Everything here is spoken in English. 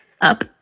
Up